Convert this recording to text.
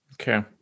Okay